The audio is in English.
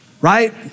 Right